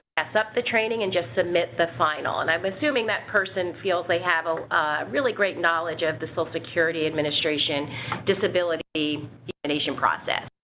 accept the training and just submit the final and i'm assuming that person feels they have a really great knowledge of the the social security administration disability nation process.